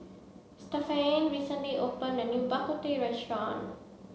Stephaine recently opened a new Bak Kut Teh Restaurant